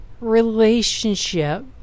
relationship